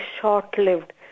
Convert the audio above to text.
short-lived